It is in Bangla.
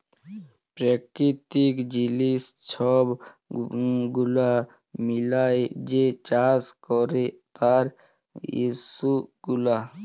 পেরাকিতিক জিলিস ছব গুলা মিলাঁয় যে চাষ ক্যরে তার ইস্যু গুলা